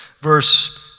verse